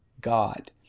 God